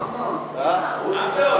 אמנון,